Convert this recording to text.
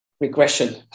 regression